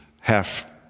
half-